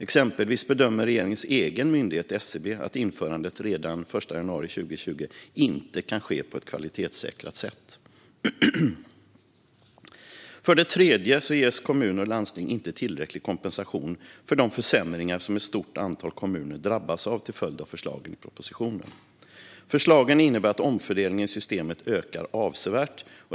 Exempelvis bedömer regeringens egen myndighet SCB att införandet redan den 1 januari 2020 inte kan ske på ett kvalitetssäkrat sätt. För det tredje ges kommuner och landsting inte tillräcklig kompensation för de försämringar som ett stort antal kommuner drabbas av till följd av förslagen i propositionen. Förslagen innebär att omfördelningen i systemet ökar avsevärt.